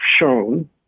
shown